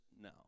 no